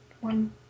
one